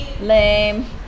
Lame